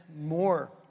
more